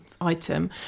item